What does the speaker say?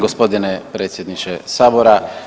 Gospodine predsjedniče Sabora.